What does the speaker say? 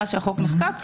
מאז החוק נחקק.